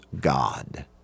God